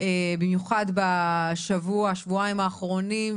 במיוחד בשבוע-שבועיים האחרונים,